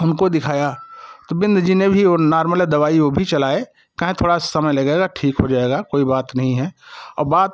उनको दिखाया तो बिंद जी ने भी ओ नार्मल ही दवाई वो भी चलाने कहे थोड़ा समय लगेगा ठीक हो जाएगा कोई बात नहीं है और बात